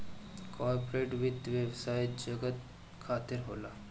corporate वित्त व्यवसाय जगत खातिर होला